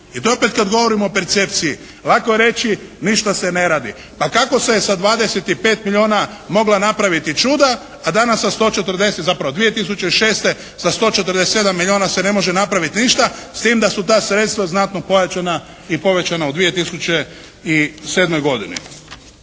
I to opet kada govorimo o percepciji, lako je reći ništa se ne radi, pa kako se je sa 25 milijuna mogla napraviti čuda a danas sa 140, zapravo 2006. sa 147 milijuna se ne može napraviti ništa s tim da su ta sredstva znatno povećana i povećana u 2007. godini.